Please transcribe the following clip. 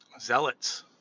zealots